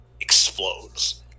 explodes